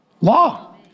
law